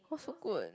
oh so good